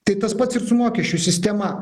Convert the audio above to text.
tai tas pats su mokesčių sistema